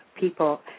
people